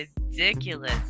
ridiculous